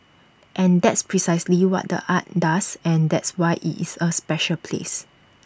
and that's precisely what the art does and that's why IT is A special place